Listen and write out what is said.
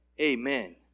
amen